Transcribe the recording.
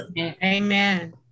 Amen